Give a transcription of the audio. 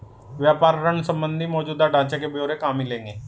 व्यापार ऋण संबंधी मौजूदा ढांचे के ब्यौरे कहाँ मिलेंगे?